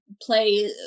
play